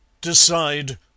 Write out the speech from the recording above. decide